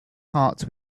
hearts